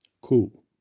Cool